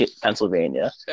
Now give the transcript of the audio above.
Pennsylvania